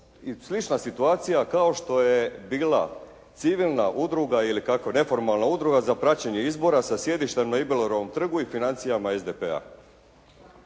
Slična situacija kao što je bila civilna udruga ili kako neformalna udruga za praćenje izbora sa sjedištem na Iblerovom trgu i financijama SDP-a.